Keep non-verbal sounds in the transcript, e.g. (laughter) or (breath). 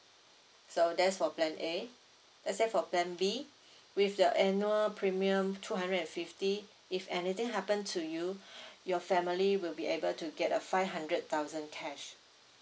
so that's for plan A let's say for plan B with the annual premium two hundred and fifty if anything happen to you (breath) your family will be able to get a five hundred thousand cash